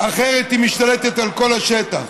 אחרת היא משתלטת על כל השטח.